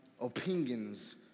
opinions